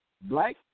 Black